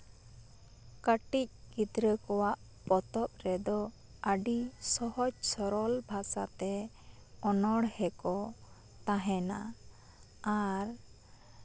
ᱠᱟᱴᱤᱡ ᱜᱤᱫᱽᱨᱟᱹ ᱠᱚᱣᱟᱜ ᱯᱚᱛᱚᱵ ᱨᱮᱫᱚ ᱟᱹᱰᱤ ᱥᱚᱦᱚᱡ ᱥᱚᱨᱚᱞ ᱵᱷᱟᱥᱟᱛᱮ ᱚᱱᱚᱬᱦᱮ ᱠᱚ ᱛᱟᱦᱮᱱᱟ ᱟᱨ